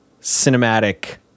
cinematic